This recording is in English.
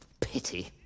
Pity